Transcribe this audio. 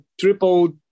triple